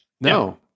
No